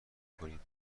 کنیم